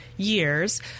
Years